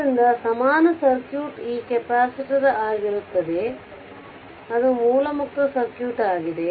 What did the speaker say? ಆದ್ದರಿಂದ ಸಮಾನ ಸರ್ಕ್ಯೂಟ್ ಈ ಕೆಪಾಸಿಟರ್ ಆಗಿರುತ್ತದೆ ಅದು ಮೂಲ ಮುಕ್ತ ಸರ್ಕ್ಯೂಟ್ ಆಗಿದೆ